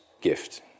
gift